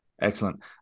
Excellent